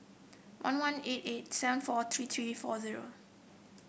one one eight eight seven four three three four zero